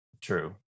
True